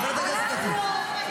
--- זאת הדרך הנכונה, וזאת הדרך האמיצה.